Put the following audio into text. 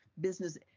business